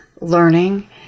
learning